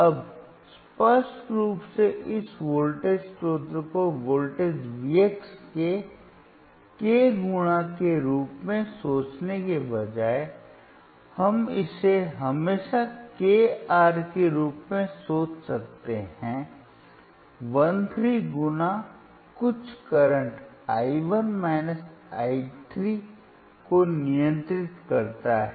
अब स्पष्ट रूप से इस वोल्टेज स्रोत को वोल्टेज V x के k गुणा के रूप में सोचने के बजाय हम इसे हमेशा k R के रूप में सोच सकते हैं 1 3 गुना कुछ करंट i 1 i 3 को नियंत्रित करता है